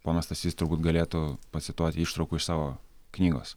ponas stasys turbūt galėtų pacituoti ištraukų iš savo knygos